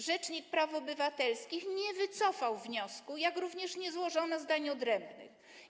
Rzecznik praw obywatelskich nie wycofał wniosku, jak również nie złożono zdań odrębnych.